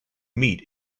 meet